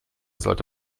sollte